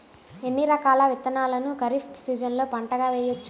ఎన్ని రకాల విత్తనాలను ఖరీఫ్ సీజన్లో పంటగా వేయచ్చు?